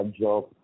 job